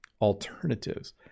alternatives